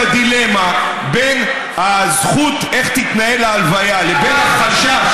בדילמה בין הזכות איך תתנהל הלוויה לבין החשש